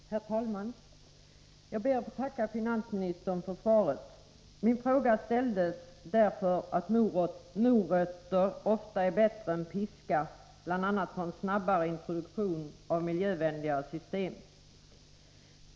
Herr talman! Jag ber att få tacka finansministern för svaret. Min fråga ställdes därför att morötter ofta är bättre än piskan, bl.a. för att få till stånd en snabbare introduktion av miljövänligare system.